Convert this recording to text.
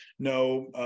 No